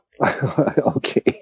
okay